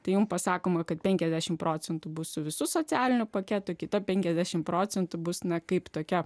tai jums pasakoma kad penkiasdešimt proc bus su visu socialiniu paketu kita penkiasdešimt procentų bus na kaip tokia